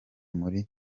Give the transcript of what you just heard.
muri